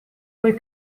poi